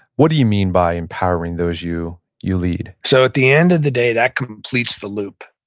what do you mean by empowering those you you lead? so, at the end of the day, that completes the loop.